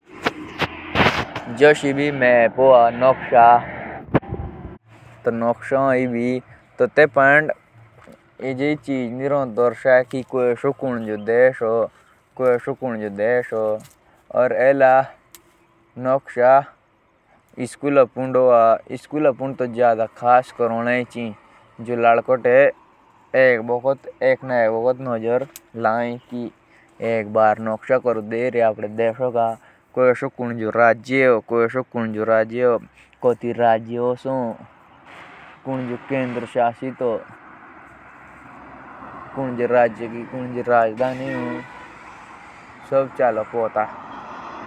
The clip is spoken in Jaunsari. पीमाणा तेत्तुक बोलो जैत लिया आमीन कोतुई चिजक नापो या तोलो ह। जोसा तोलनोःक बात होने और लिटर होने फिता होने तो इतुक पेमाणा बोलो।